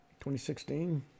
2016